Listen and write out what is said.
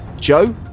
Joe